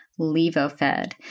Levofed